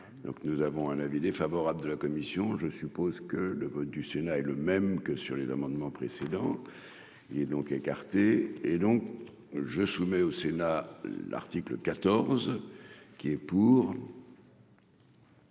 nous avons un avis défavorable de la commission, je suppose que le vote du Sénat est le même que sur les amendements précédents, il est donc écarté et donc je soumets au Sénat l'article quatorze, qui est pour.